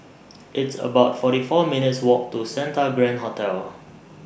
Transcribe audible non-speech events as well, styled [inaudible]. [noise] It's about forty four minutes' Walk to Santa Grand Hotel